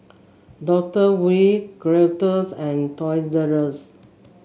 Doctor Wu Gillette and Toys R U S